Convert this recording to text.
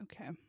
okay